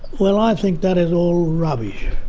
well, i think that is all rubbish,